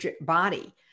body